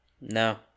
No